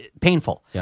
painful